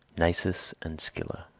nisus and scylla